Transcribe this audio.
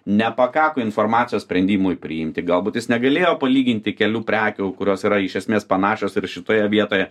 nepakako informacijos sprendimui priimti galbūt jis negalėjo palyginti kelių prekių kurios yra iš esmės panašios ir šitoje vietoje